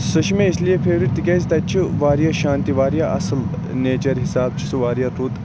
سۄ چھِ مےٚ اِسلیے فیورِٹ تکیاز تَتہِ چھُ واریاہ شانتی واریاہ اصٕل نیچَر حِساب چھُ سُہ واریاہ رُت